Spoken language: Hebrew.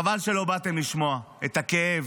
חבל שלא באתם לשמוע את הכאב,